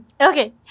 okay